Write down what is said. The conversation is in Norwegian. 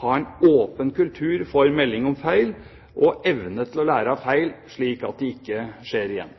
ha en åpen kultur for melding om feil og ha evne til å lære av feil, slik at de ikke skjer igjen.